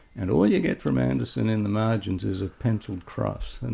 and all you get from anderson in the margins is a pencilled cross, and